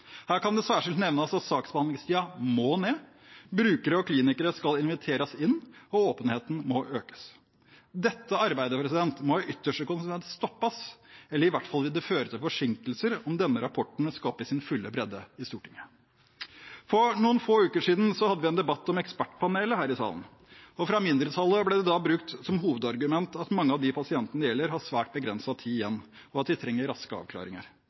Her kan det særskilt nevnes at saksbehandlingstiden må ned, brukere og klinikere skal inviteres inn, og åpenheten må økes. Dette arbeidet må i sin ytterste konsekvens stoppes – eller i hvert fall vil det føre til forsinkelser – om denne rapporten skal opp i sin fulle bredde i Stortinget. For noen få uker siden hadde vi en debatt om ekspertpanelet her i salen. Fra mindretallet ble det brukt som hovedargument at mange av de pasientene det gjelder, har svært begrenset tid igjen, og at de trenger raske avklaringer.